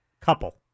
Couple